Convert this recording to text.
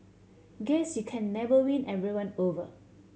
guess you can never win everyone over